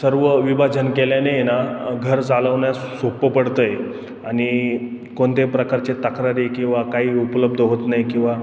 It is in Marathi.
सर्व विभाजन केल्याने आहे ना घर चालवण्यास सोपं पडतं आहे आणि कोणत्या प्रकारच्या तक्रारी किंवा काही उपलब्ध होत नाही किंवा